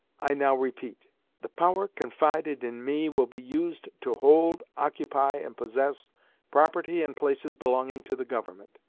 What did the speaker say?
i now repeat the power confided in me will be used to hold, occupy, and possess property and places belonging to the government,